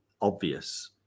obvious